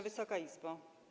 Wysoka Izbo!